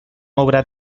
obra